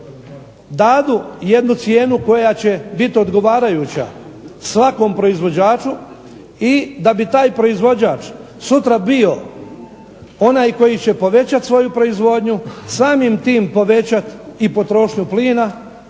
dadu jednu cijenu koja će biti odgovarajuća svakom proizvođaču i da bi taj proizvođač sutra bio onaj koji će povećati svoju proizvodnju samim tim povećati potrošnju plina,